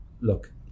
look